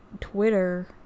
Twitter